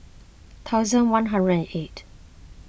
thousand one eight